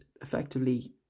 effectively